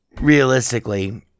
realistically